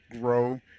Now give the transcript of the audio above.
grow